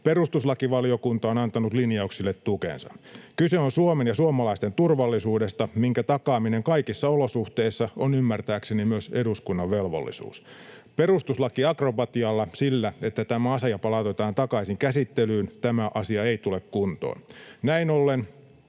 Perustuslakivaliokunta on antanut linjauksille tukensa. Kyse on Suomen ja suomalaisten turvallisuudesta, minkä takaaminen kaikissa olosuhteissa on ymmärtääkseni myös eduskunnan velvollisuus. Perustuslakiakrobatialla, sillä, että tämä asia palautetaan takaisin käsittelyyn, tämä asia ei tule kuntoon.